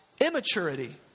immaturity